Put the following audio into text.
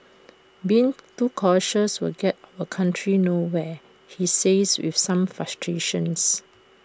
being too cautious will get our country nowhere he says with some frustrations